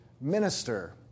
minister